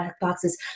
boxes